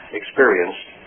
experienced